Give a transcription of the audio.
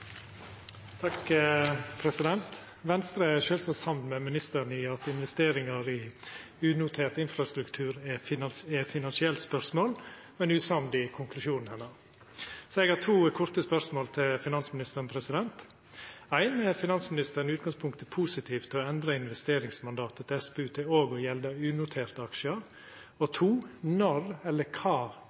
Venstre er sjølvsagt samd med ministeren i at investeringar i unotert infrastruktur er eit finansielt spørsmål, men usamd i konklusjonen hennar. Eg har to korte spørsmål til finansministeren: 1. Er finansministeren i utgangspunktet positiv til å endra investeringsmandatet til SPU til òg å gjelda unoterte aksjar? 2. Når eller kva